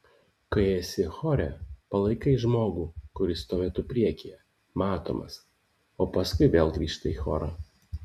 kai esi chore palaikai žmogų kuris tuo metu priekyje matomas o paskui vėl grįžta į chorą